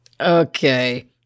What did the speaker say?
Okay